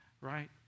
right